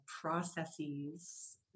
processes